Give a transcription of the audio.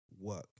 work